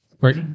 Right